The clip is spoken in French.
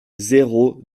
zéro